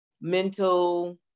mental